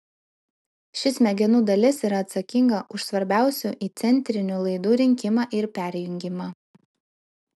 ši smegenų dalis yra atsakinga už svarbiausių įcentrinių laidų rinkimą ir perjungimą